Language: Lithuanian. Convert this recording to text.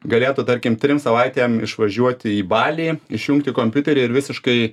galėtų tarkim trim savaitėm išvažiuoti į balį išjungti kompiuterį ir visiškai